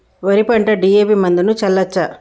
వరి పంట డి.ఎ.పి మందును చల్లచ్చా?